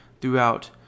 throughout